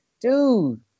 dude